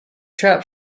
trap